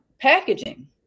packaging